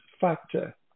factor